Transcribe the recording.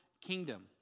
kingdom